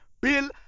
Bill